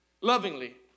lovingly